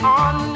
on